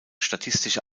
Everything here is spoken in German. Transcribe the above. statistische